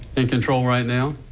in control right now.